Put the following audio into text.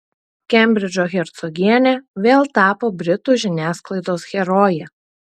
kembridžo hercogienė vėl tapo britų žiniasklaidos heroje